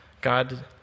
God